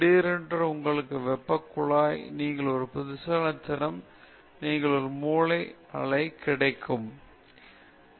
திடீரென்று உங்கள் வெப்ப குழாய் நீங்கள் ஒரு புத்திசாலி நீங்கள் ஒரு மூளை அலை கிடைக்கும் நீங்கள் அதை எழுதி பின்னர் நீங்கள் தர்க்கரீதியாக அதை பின்பற்ற வேண்டும் அது கிண்ணத்திலும் இருக்கலாம் சரி பரவாயில்லை